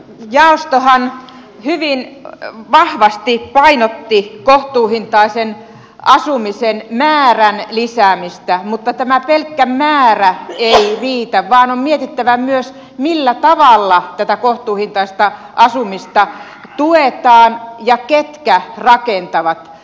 jaostohan hyvin vahvasti painotti kohtuuhintaisen asumisen määrän lisäämistä mutta tämä pelkkä määrä ei riitä vaan on mietittävä myös millä tavalla tätä kohtuuhintaista asumista tuetaan ja ketkä rakentavat